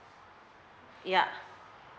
yeah